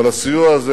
אבל הסיוע הזה,